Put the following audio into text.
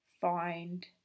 find